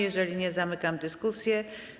Jeżeli nie, zamykam dyskusję.